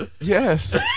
Yes